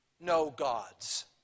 no-gods